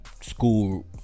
school